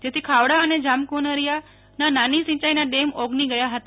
જેથી ખાવડા અને જામકુનરિયાના નાની સિંચાઈના ડેમ ઓગની ગયા હતા